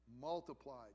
multiplied